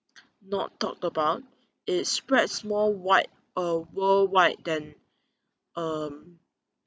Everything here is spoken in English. not talked about it spreads more wide uh worldwide then um